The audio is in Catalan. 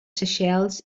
seychelles